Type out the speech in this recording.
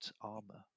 Armor